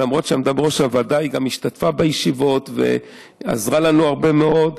שלמרות שעמדה בראש הוועדה היא גם השתתפה בישיבות ועזרה לנו הרבה מאוד,